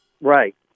Right